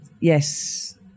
yes